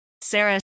Sarah